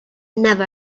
never